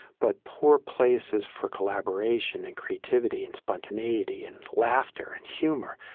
but poor places for collaboration and creativity and spontaneity and laughter and humor,